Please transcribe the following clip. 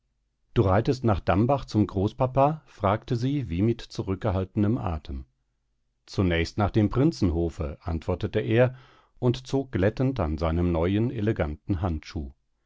du reitest nach dambach zum großpapa fragte sie wie mit zurückgehaltenem atem zunächst nach dem prinzenhofe antwortete er und zog glättend an seinem neuen eleganten handschuh